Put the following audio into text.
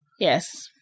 Yes